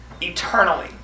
eternally